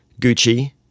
Gucci